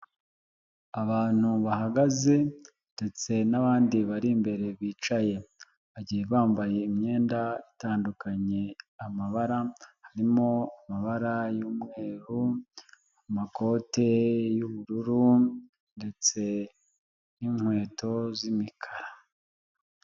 Abantu bahagaze ndetse n'abandi bari imbere bicaye, bagiye bambaye imyenda itandukanye amabara, harimo amabara y'umweru, amakote y'ubururu ndetse n'inkweto z'imikara.